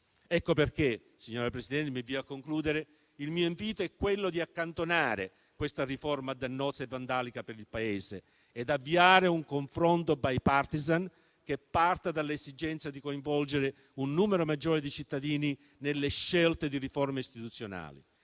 Ecco perché, signora Presidente - mi avvio a concludere - il mio invito è di accantonare questa riforma dannosa e vandalica per il Paese e di avviare un confronto *bipartisan* che parta dall'esigenza di coinvolgere un numero maggiore di cittadini nelle scelte relative alle riforme istituzionali.